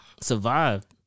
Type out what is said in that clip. Survived